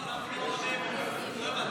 אבל שר המשפטים פה.